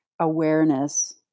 awareness